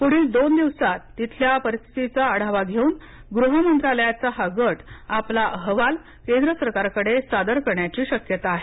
पुढील दोन दिवसात तिथल्या परिस्थितीचा आढावा घेऊन गृहमंत्रालायचा हा गट आपला अहवाल केंद्र सरकारकडे सादर करण्याची शक्यता आहे